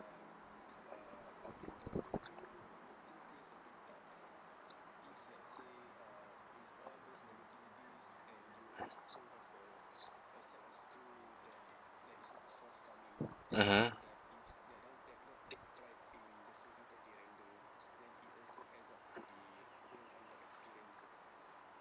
mmhmm